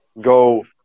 go